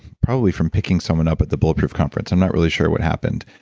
probably from picking someone up at the bulletproof conference i'm not really sure what happened.